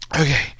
Okay